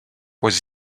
was